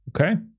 Okay